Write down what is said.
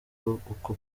uko